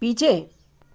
पीछे